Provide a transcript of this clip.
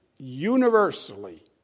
universally